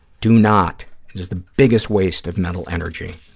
do not. it is the biggest waste of mental energy.